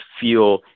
feel